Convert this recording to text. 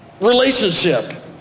relationship